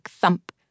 thump